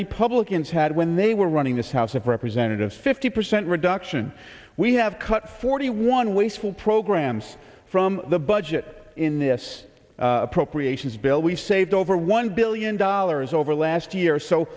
republicans had when they were running this house of representative fifty percent reduction we have cut forty one wasteful programs from the budget in this appropriations bill we've saved over one billion dollars over last year